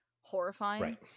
horrifying